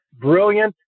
brilliant